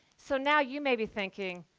so now you may be thinking,